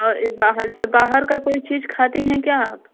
और ये बाहर से बाहर का कोई चीज खाती हैं क्या आप